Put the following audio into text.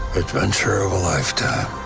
adventure of a lifetime.